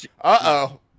Uh-oh